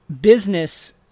business